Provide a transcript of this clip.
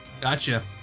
gotcha